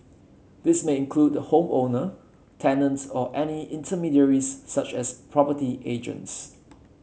this may include the home owner tenants or any intermediaries such as property agents